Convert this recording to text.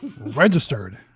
Registered